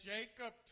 Jacob